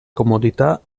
comodità